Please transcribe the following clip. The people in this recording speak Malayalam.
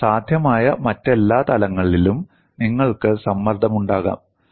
എന്നാൽ സാധ്യമായ മറ്റെല്ലാ തലങ്ങളിലും നിങ്ങൾക്ക് സമ്മർദ്ദമുണ്ടാകാം